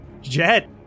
Jet